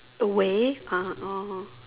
away ah orh